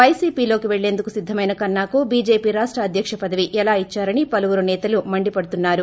వైసీపీలోకి పెళ్లేందుకు సిద్ధమైన కన్నాకు బీజేపీ రాష్ట అధ్యక్ష పదవి ఎలా ఇచ్చారని పలువురు నేతలు మండిపడుతున్నారు